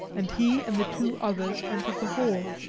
and he and the two others entered the hall.